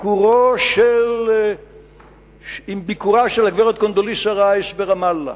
בביקורה של הגברת קונדליסה רייס ברמאללה,